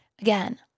Again